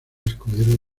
escudero